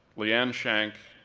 leanne shank,